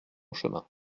chemin